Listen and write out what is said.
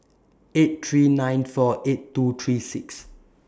eight three nine four eight two three six